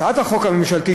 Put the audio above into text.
הצעת החוק הממשלתית,